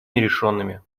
нерешенными